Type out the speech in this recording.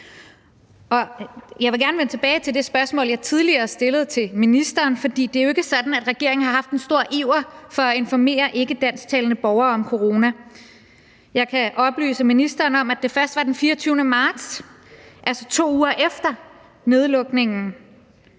Jeg vil gerne vende tilbage til det spørgsmål, jeg tidligere stillede til ministeren, for det er jo ikke sådan, at regeringen har vist en stor iver for at informere ikkedansktalende borgere om corona. Jeg kan oplyse ministeren om, at det først var den 24. marts, altså 2 uger efter nedlukningen,